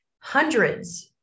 hundreds